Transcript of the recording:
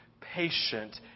patient